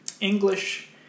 English